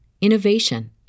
innovation